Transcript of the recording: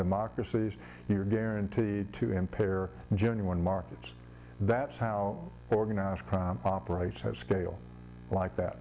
democracies you're guaranteed to impair genuine markets that's how organized crime operates at scale like that